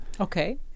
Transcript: Okay